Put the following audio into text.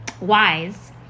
wise